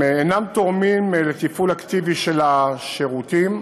אינו תורם לתפעול אקטיבי של השירותים,